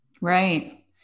Right